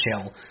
chill